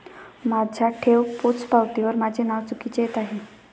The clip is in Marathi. माझ्या ठेव पोचपावतीवर माझे नाव चुकीचे येत आहे